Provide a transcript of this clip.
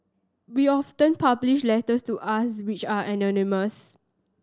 we often publish letters to us which are anonymous